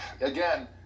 again